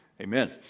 Amen